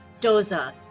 Doza